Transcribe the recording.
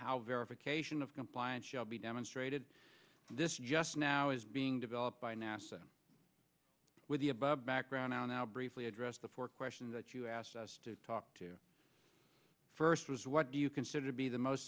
how verification of compliance shall be demonstrated this just now is being developed by nasa with the above background now briefly address the four questions that you asked us to talk to first was what do you consider to be the most